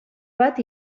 bat